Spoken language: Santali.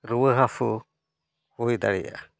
ᱨᱩᱣᱟᱹ ᱦᱟᱹᱥᱩ ᱦᱩᱭ ᱫᱟᱲᱮᱭᱟᱜᱼᱟ